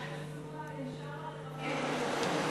אולי ישלמו ישר לרכבים.